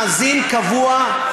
אני מאזין קבוע.